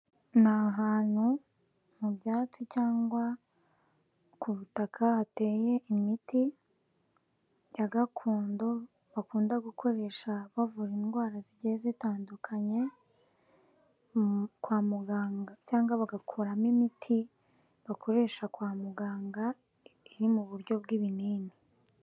Ni ahantu mu byatsi cyangwa ku butaka hateye imiti ya gakondo bakunda gukoresha bavura indwara zigiye zitandukanye, kwa muganga cyangwa bagakoramo imiti bakoresha kwa muganga iri mu buryo bw'ibinini.